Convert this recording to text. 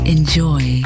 Enjoy